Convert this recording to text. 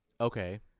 Okay